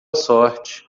sorte